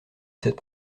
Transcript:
cette